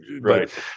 right